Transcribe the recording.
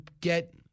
get